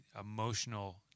emotional